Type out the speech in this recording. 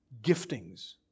giftings